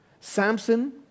Samson